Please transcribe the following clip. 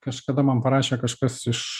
kažkada man parašė kažkas iš